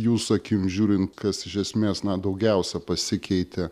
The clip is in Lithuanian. jūsų akim žiūrint kas iš esmės na daugiausia pasikeitė